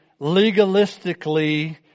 legalistically